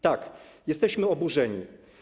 Tak, jesteśmy oburzeni.